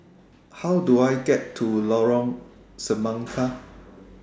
How Do I get to Lorong Semangka